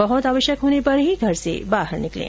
बहुत आवश्यक होने पर ही घर से बाहर निकलें